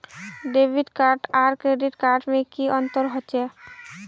Debit card आर credit card में की अंतर होचे?